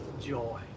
joy